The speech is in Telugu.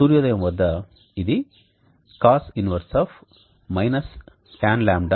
సూర్యోదయం వద్ద ఇది Cos 1 - Tan δ Tanϕ